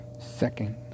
Second